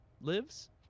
lives